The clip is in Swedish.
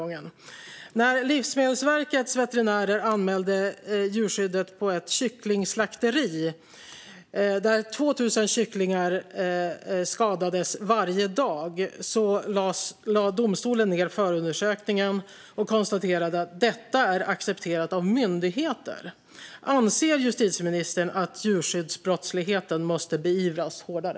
När Livsmedelsverkets veterinärer anmälde djurskyddet på ett kycklingslakteri, där 2 000 kycklingar skadades varje dag, lade domstolen ned förundersökningen och konstaterade att detta är accepterat av myndigheter. Anser justitieministern att djurskyddsbrottsligheten måste beivras hårdare?